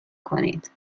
کنید